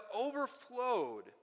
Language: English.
overflowed